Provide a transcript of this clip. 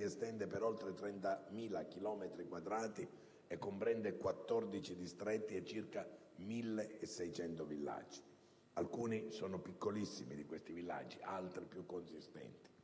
estende per oltre 30.000 chilometri quadrati e comprende 14 distretti e circa 1.600 villaggi. Alcuni sono piccolissimi villaggi, altri più consistenti.